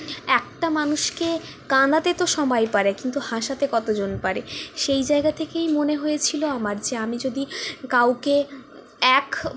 একটা মানুষকে কাঁদাতে তো সবাই পারে কিন্তু হাসাতে কতজন পারে সেই জায়গা থেকেই মনে হয়েছিল আমার যে আমি যদি কাউকে এক